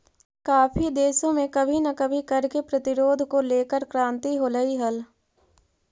काफी देशों में कभी ना कभी कर के प्रतिरोध को लेकर क्रांति होलई हल